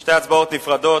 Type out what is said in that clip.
שתי הצבעות נפרדות.